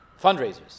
fundraisers